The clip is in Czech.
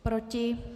Proti?